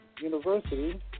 University